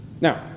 Now